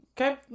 Okay